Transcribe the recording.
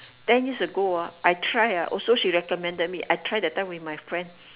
ten years ago ah I try ah also she recommended me I try that time with my friend